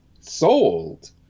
Sold